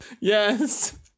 Yes